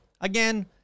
Again